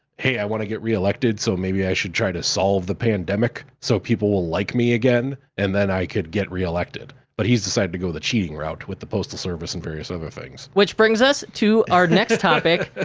hey, i wanna get reelected, so maybe i should try to solve the pandemic, so people will like me again. and then, i could get reelected. but, he's decided to go the cheating route, with the postal service and various other things. which brings us to our next topic,